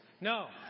No